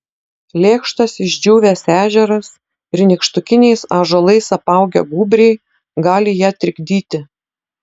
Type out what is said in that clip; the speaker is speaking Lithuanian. lėkštas išdžiūvęs ežeras ir nykštukiniais ąžuolais apaugę gūbriai gali ją trikdyti